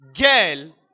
girl